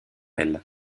elles